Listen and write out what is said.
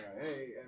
hey